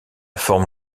forme